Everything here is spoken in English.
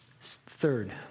Third